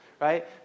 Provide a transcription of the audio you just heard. right